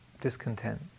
discontent